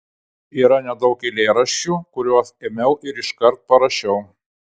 yra nedaug eilėraščių kuriuos ėmiau ir iškart parašiau